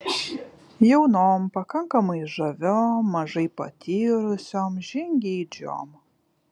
jaunom pakankamai žaviom mažai patyrusiom žingeidžiom